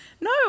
No